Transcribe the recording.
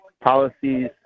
policies